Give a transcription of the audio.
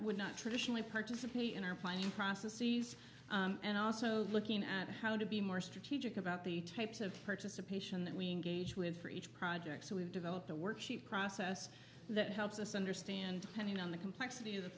would not traditionally participate in our planning process and also looking at how to be more strategic about the types of participation that we engage with for each project so we've developed a worksheet process that helps us understand planning on the complexit